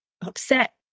upset